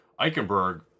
Eichenberg